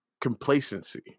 complacency